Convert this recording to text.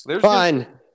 Fine